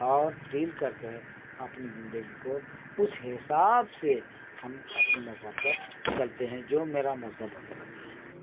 اور ڈیل کر کے ہم اپنی زندگی کو اس حساب سے ہم اپنے مذہب پر چلتے ہیں جو میرا مذہب بتلاتا ہے